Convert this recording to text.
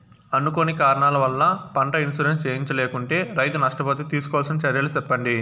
అనుకోని కారణాల వల్ల, పంట ఇన్సూరెన్సు చేయించలేకుంటే, రైతు నష్ట పోతే తీసుకోవాల్సిన చర్యలు సెప్పండి?